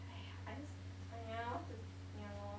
!haiya! I just !aiya! what to yeah lor